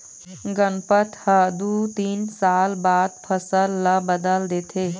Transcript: गनपत ह दू तीन साल बाद फसल ल बदल देथे